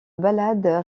balades